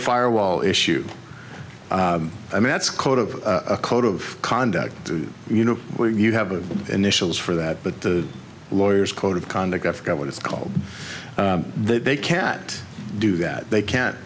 firewall issue i mean that's code of a code of conduct you know where you have a initials for that but the lawyers code of conduct i forget what it's called they can't do that they can't